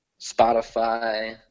spotify